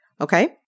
okay